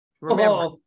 Remember